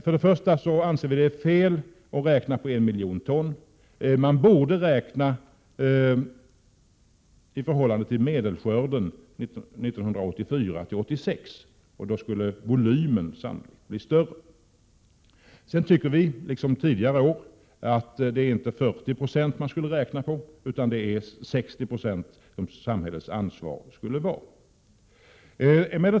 Vi anser först och främst att det är fel att räkna på 1 miljon ton. Man borde räkna i förhållande till medelskörden åren 1984—86. Då skulle volymen sannolikt bli större. Vidare anser vi, liksom tidigare år, att samhällets ansvar inte skall vara 40 90 utan 60 96.